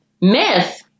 Myth